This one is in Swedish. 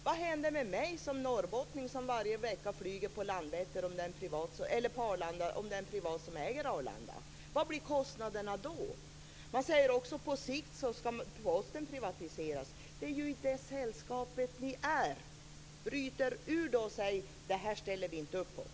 Vad händer med mig som norrbottning och som varje vecka flyger till Arlanda om Arlanda har en privat ägare? Vad blir kostnaderna då? Det sägs också att Posten på sikt skall privatiseras. Det är ju i detta sällskap som ni är. Bryt er ur och säg att ni inte ställer upp på detta.